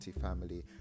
family